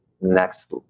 next